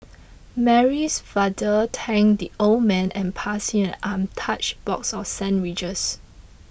Mary's father thanked the old man and passed him an untouched box of sandwiches